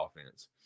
offense